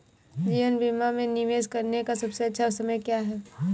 जीवन बीमा में निवेश करने का सबसे अच्छा समय क्या है?